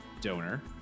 donor